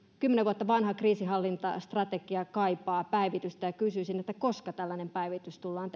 kymmenen vuotta vanha kriisinhallintastrategia kaipaa päivitystä ja kysyisin koska tällainen päivitys tullaan